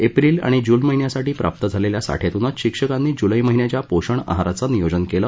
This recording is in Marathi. एप्रिल आणि जून महिन्यासाठी प्राप्त झालेल्या साठ्यातूनच शिक्षकांनी जूलै महिन्याच्या पोषण आहाराचं नियोजन केलं